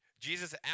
Jesus